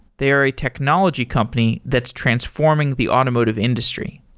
they are a technology company that's transforming the automotive industry.